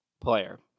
player